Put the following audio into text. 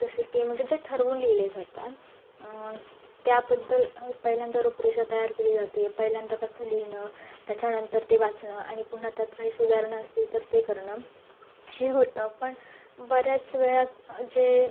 जसं की म्हणजे जे ठरवून लिहिले जातात त्याबद्दल पहिल्यांदा रूपरेषा तयार केली जाते पहिल्यांदा कच्चं लिहिणं त्याच्यानंतर ते वाचणं आणि पुन्हा त्यात काही सुधारणा असतील तर ते करणं हे होतं पण बऱ्याच वेळा जे